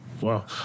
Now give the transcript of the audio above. Wow